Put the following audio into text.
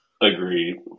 Agreed